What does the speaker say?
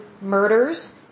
murders